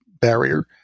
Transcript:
barrier